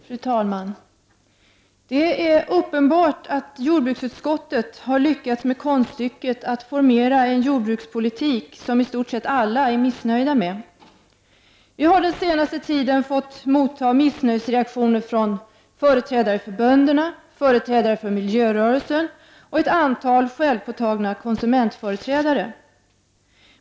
Fru talman! Det är uppenbart att jordbruksutskottet har lyckats med konststycket att formulera en jordbrukspolitik som i stort sett alla är missnöjda med. Vi har den senaste tiden fått motta missnöjesreaktioner från företrädare för bönderna, företrädare för miljörörelsen och från ett antal personer som själva påtagit sig rollen som konsumentföreträdare.